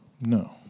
No